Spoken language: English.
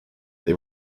they